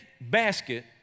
basket